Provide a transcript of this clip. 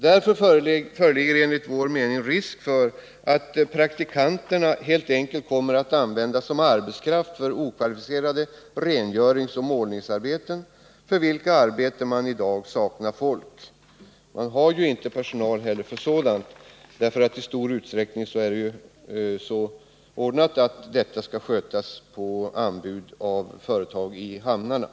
Därför föreligger enligt vår mening risk att praktikanterna helt enkelt kommer att användas som arbetskraft för okvalificerade rengöringsoch målningsarbeten, för vilka arbeten man i dag saknar folk — det finns inte personal ombord för sådana arbeten, eftersom dessa skall skötas av personal från företag i hamnarna.